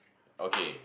okay